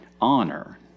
honor